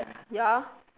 ya